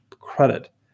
credit